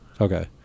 Okay